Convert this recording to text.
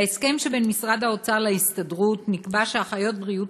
בהסכם שבין משרד-האוצר להסתדרות נקבע שאחיות בריאות